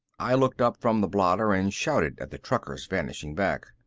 i looked up from the blotter and shouted at the trucker's vanishing back.